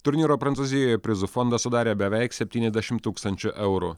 turnyro prancūzijoje prizų fondą sudarė beveik septyniasdešimt tūkstančių eurų